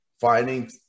finding